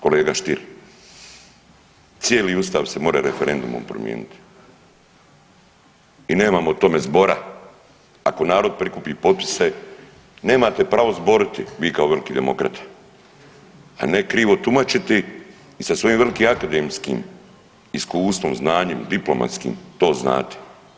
Kolega Stier, cijeli Ustav se more referendumom promijenit i nemamo o tome zbora ako narod prikupi potpise nemate pravo zboriti vi kao veliki demokrata, a ne krivo tumačiti i sa svojim velikim akademskim iskustvom, znanjem diplomatskim to znate.